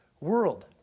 world